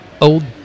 Old